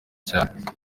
cyane